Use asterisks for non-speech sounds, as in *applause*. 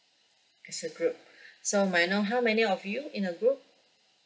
as a group *breath* so may I know how many of you in a group